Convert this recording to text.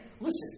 listen